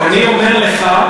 אני אומר לך,